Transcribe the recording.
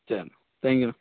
சரிண்ணா தேங்க்யூண்ணா